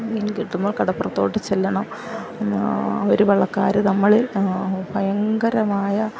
മീൻ കിട്ടുമ്പോൾ കടപ്പുറത്തോട്ട് ചെല്ലണം അവർ വള്ളക്കാർ നമ്മളിൽ ഭയങ്കരമായ